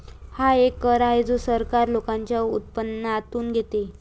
हा एक कर आहे जो सरकार लोकांच्या उत्पन्नातून घेते